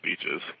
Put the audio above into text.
speeches